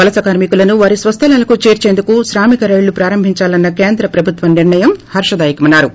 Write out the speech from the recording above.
వలస కార్మికులను వారి స్వస్థలాలకు చేర్చేందుకు శ్రామిక రైళ్ల ప్రారంభించాలన్న కేంద్ర ప్రభుత్వ నిర్ణయం హర్ష దాయకమన్నారు